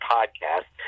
Podcast